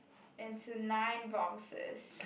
into nine boxes